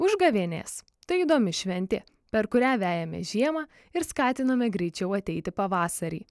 užgavėnės tai įdomi šventė per kurią vejame žiemą ir skatiname greičiau ateiti pavasarį